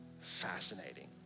fascinating